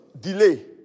delay